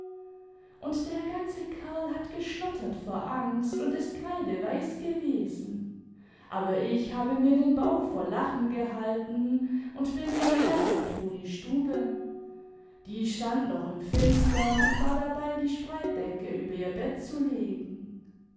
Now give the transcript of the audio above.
und der ganze kerl hat geschlottert vor angst und ist kreideweiß gewesen aber ich habe mir den bauch vor lachen gehalten und bin dann gleich in tonis stube die stand noch im finstem und war dabei die spreitdecke über ihr bett zu legen